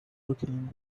looking